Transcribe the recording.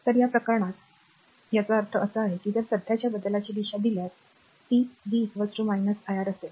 तर या प्रकरणात तर याचा अर्थ असा आहे की जर सध्याच्या बदलाची दिशा दिल्यास ती v iR असेल